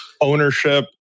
ownership